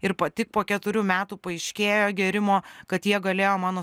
ir pa tik po keturių metų paaiškėjo gėrimo kad jie galėjo mano